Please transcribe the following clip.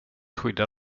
skydda